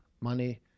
money